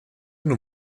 nun